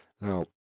Now